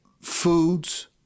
foods